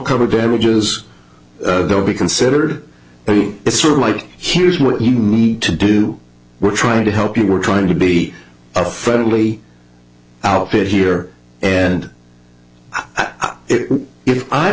cover damages they'll be considered any sort of like here's what you need to do we're trying to help you we're trying to be a friendly outfit here and i if i